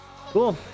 cool